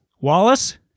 Wallace